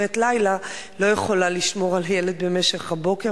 משמרת לילה לא יכולה לשמור על הילד במשך הבוקר,